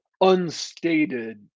unstated